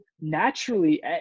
naturally